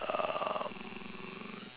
um